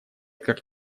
как